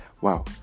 Wow